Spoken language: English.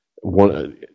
One